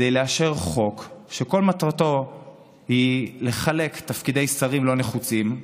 כדי לאשר חוק שכל מטרתו היא לחלק תפקידי שרים לא נחוצים,